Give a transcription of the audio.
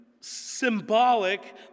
symbolic